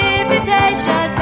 invitation